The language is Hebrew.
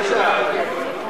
הערונת: השר יעלון אמר,